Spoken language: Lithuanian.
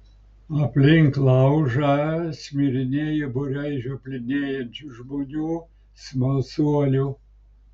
aplink laužą šmirinėjo būriai žioplinėjančių žmonių smalsuolių